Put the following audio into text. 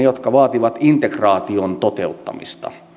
jotka vaativat integraation toteuttamista sanon